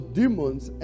demons